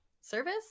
service